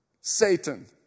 Satan